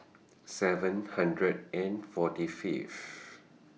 seven hundred and forty Fifth